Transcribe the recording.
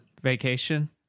vacation